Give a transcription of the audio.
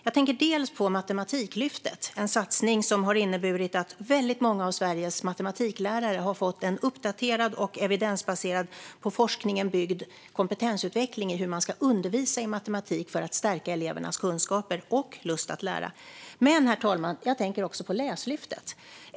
Jag tänker på Matematiklyftet, en satsning som har inneburit att väldigt många av Sveriges matematiklärare har fått en uppdaterad och evidensbaserad på forskningen byggd kompetensutveckling i hur man ska undervisa i matematik för att stärka elevernas kunskaper och lust att lära. Men, herr talman, jag tänker också på Läslyftet.